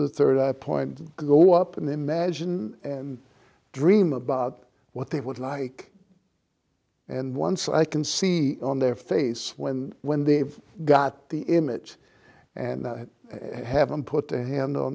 the third point go up and imagine and dream about what they would like and once i can see on their face when when they've got the image and have them put their hand